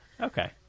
Okay